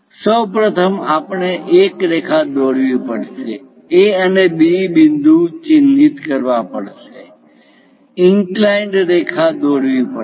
સૌ પ્રથમ આપણે એક રેખા દોરવી પડશે A અને B બિંદુ ચિહ્નિત કરવા પડશે ઇન્ક્લાઈન્ડ રેખા દોરવી પડશે